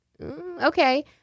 Okay